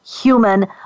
human